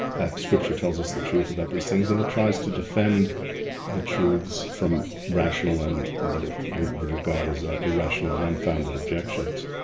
that scripture tells us the truth about these things, and it tries to defend the truths from rational and what it would regard as irrational and unfounded objections.